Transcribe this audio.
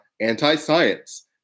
anti-science